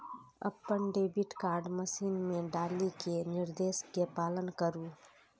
अपन debit card machine मे डालि कें निर्देश के पालन करु